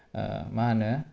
मा होनो